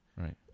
Right